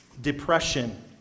depression